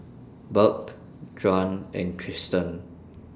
Burk Juan and Tristen